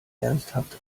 ernsthaft